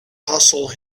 hustle